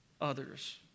others